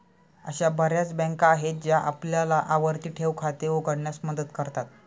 अशा बर्याच बँका आहेत ज्या आपल्याला आवर्ती ठेव खाते उघडण्यास मदत करतात